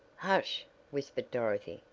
hush! whispered dorothy,